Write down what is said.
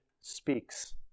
speaks